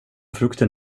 frukten